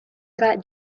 got